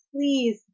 please